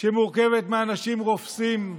שמורכבת מאנשים רופסים,